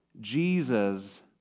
Jesus